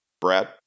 Brad